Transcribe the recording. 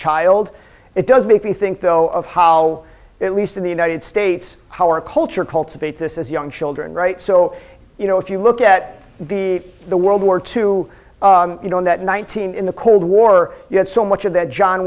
child it does make me think though of how at least in the united states our culture cultivate this as young children right so you know if you look at the the world war two you know that nineteen in the cold war you had so much of that john